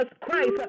Christ